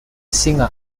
singer